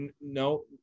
no